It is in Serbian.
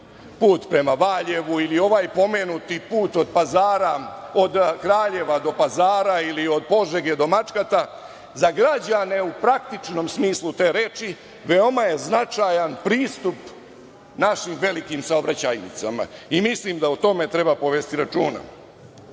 put prema Valjevu ili ovaj pomenuti put od Kraljeva do Pazara ili od Požege do Mačkata, za građane u praktičnom smislu te reči veoma je značajan pristup našim velikim saobraćajnicama. Mislim da o tome treba povesti računa.U